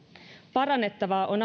parannettavaa on